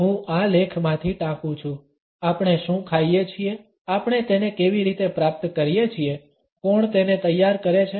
0228 હું આ લેખમાંથી ટાંકું છું આપણે શું ખાઈએ છીએ આપણે તેને કેવી રીતે પ્રાપ્ત કરીએ છીએ કોણ તેને તૈયાર કરે છે